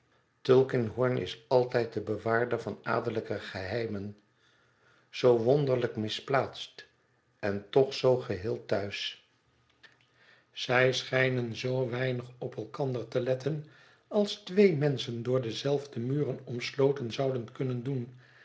tulkinghorn is altijd dezelfde bewaarder van adellijke geheimen daar zoo wonderlijk misplaatst en toch zoo geheel thuis zij schijnen zoo weinig op elkander te letten als twee menschen door dezelfde muren omsloten zouden kunnen doen